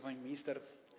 Pani Minister!